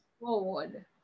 forward